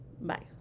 Bye